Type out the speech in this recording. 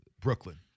Brooklyn